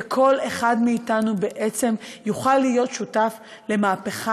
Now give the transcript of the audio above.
וכל אחד מאתנו בעצם יוכל להיות שותף למהפכה